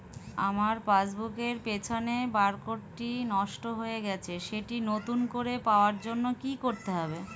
আমার পাসবুক এর পিছনে বারকোডটি নষ্ট হয়ে গেছে সেটি নতুন করে পাওয়ার জন্য কি করতে হবে?